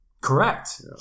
Correct